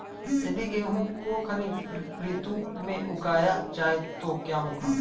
यदि गेहूँ को खरीफ ऋतु में उगाया जाए तो क्या होगा?